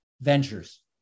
Ventures